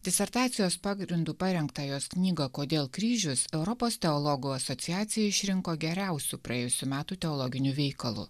disertacijos pagrindu parengtą jos knygą kodėl kryžius europos teologų asociacija išrinko geriausiu praėjusių metų teologiniu veikalu